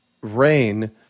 rain –